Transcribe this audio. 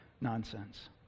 nonsense